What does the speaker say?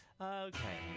Okay